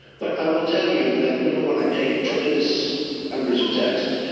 but i will tell, you that, number one, i pay tremendous numbers of taxes.